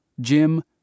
Jim